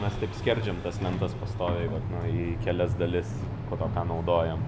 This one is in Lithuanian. mes taip skerdžiam tas lentas pastoviai vat nu į kelias dalis po to ką naudojam